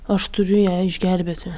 aš turiu ją išgelbėti